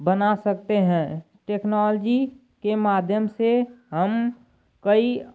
बना सकते हैं टेक्नॉलजी के माध्यम से हम कई